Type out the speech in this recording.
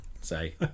say